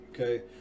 Okay